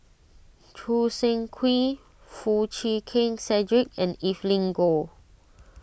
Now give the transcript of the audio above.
Choo Seng Quee Foo Chee Keng Cedric and Evelyn Goh